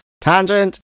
tangent